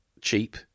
cheap